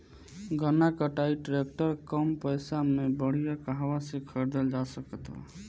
गन्ना कटाई ट्रैक्टर कम पैसे में बढ़िया कहवा से खरिदल जा सकत बा?